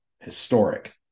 historic